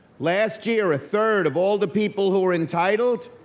last year, a third of all the people who were entitled,